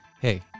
Hey